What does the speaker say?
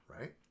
Right